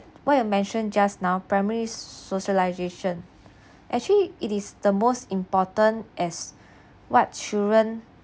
what you mentioned just now primary socialization actually it is the most important as what children